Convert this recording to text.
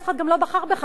אף אחד גם לא בחר בך.